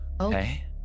Okay